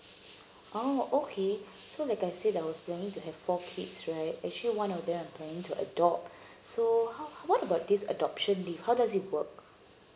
oh okay so like I said I was planning to have four kids right actually one of them I'm planning to adopt so how what about this adoption leave how does it work